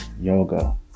yoga